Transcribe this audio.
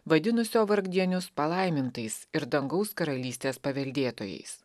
vadinusio vargdienius palaimintais ir dangaus karalystės paveldėtojais